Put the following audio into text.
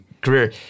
career